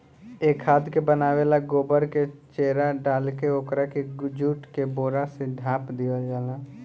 ए खाद के बनावे ला गोबर में चेरा डालके ओकरा के जुट के बोरा से ढाप दिहल जाला